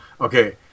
Okay